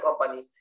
company